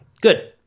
good